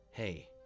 Hey